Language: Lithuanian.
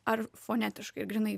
ar fonetiškai grynai